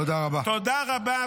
תודה רבה,